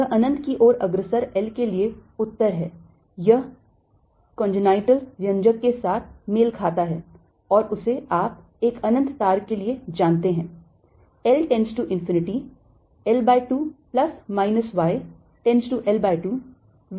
यह अनंत की ओर अग्रसर L के लिए उत्तर है यह कोन्जेनिटल व्यंजक के साथ मेल खाता है और उसे आप एक अनंत तार के लिए जानते हैं